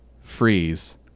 freeze